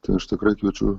tai aš tikrai kviečiu